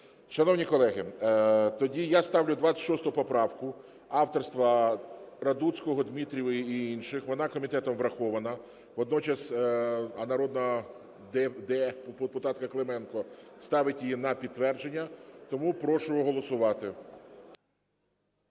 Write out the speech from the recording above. Шановні колеги, тоді я ставлю 26 поправку авторства Радуцького, Дмитрієвої і інших. Вона комітетом врахована. Водночас народна депутатка Клименко ставить її на підтвердження. Тому прошу голосувати.